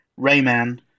Rayman